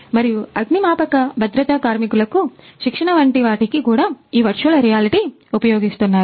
మరియు అగ్నిమాపక భద్రతా కార్మికులకు శిక్షణ వంటి వాటికి కూడా ఈ వర్చువల్ రియాలిటీ ఉపయోగిస్తున్నారు